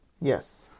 Yes